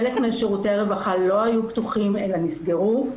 חלק משירותי הרווחה לא היו פתוחים, אלא נסגרו.